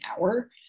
hour